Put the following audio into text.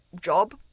job